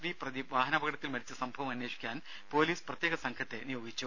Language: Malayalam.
വി പ്രദീപ് വാഹനാപകടത്തിൽ മരിച്ച സംഭവം അന്വേഷിക്കാൻ പൊലീസ് പ്രത്യേക സംഘത്തെ നിയോഗിച്ചു